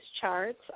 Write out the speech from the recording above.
charts